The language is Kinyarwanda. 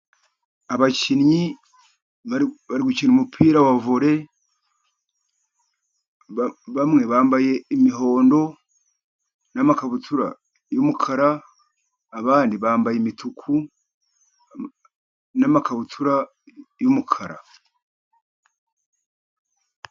Abakinnyi bari gukina umupira wa vole , bamwe bambaye imihondo, n'amakabutura y'umukara, abandi bambaye imituku n'amakabutura y'umukara.